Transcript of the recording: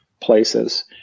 places